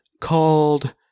called